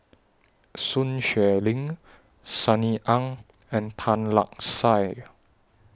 Sun Xueling Sunny Ang and Tan Lark Sye